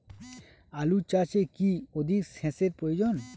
আলু চাষে কি অধিক সেচের প্রয়োজন?